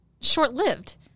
short-lived